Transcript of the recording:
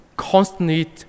constantly